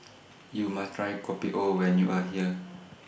YOU must Try Kopi O when YOU Are here